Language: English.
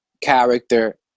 character